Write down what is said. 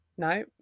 No